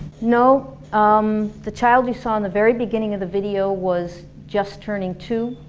no, um the child you saw in the very begining of the video was just turning two,